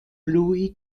blue